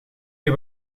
heb